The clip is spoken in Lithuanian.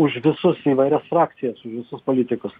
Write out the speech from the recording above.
už visus įvairias frakcijasuž visus politikus